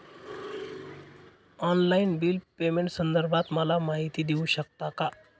Online bill पेमेंटसंदर्भात मला माहिती देऊ शकतात का?